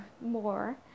more